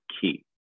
key